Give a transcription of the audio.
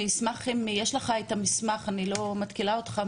אני אשמח אם יש לך את המסמך ושאני לא מתקילה אותך,